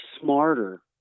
smarter